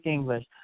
English